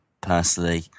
personally